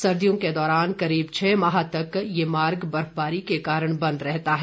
सर्दियों के दौरान करीब छह माह तक ये मार्ग बर्फबारी के कारण बंद रहता है